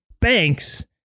banks